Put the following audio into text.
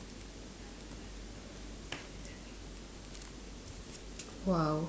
!wow!